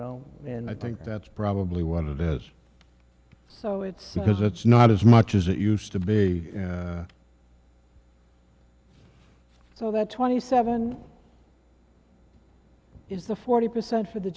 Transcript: know and i think that's probably what it is so it's because it's not as much as it used to be so that twenty seven is the forty percent for the